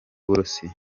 uburusiya